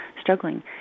struggling